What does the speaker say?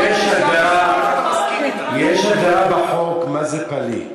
יש דעה בחוק מה זה פליט.